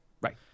Right